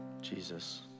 Jesus